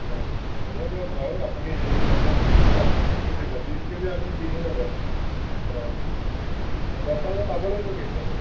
হয় হ'ব দিয়ক বাৰু আপুনি হেৰি পঞ্চাছ কেজি অঁ পঞ্চাশ কেজিহে ওলাল বিছ কেজি আপুনি দি থৈ যাব অঁ দচটা বজাত পাব লাগিব কিন্তু আকৌ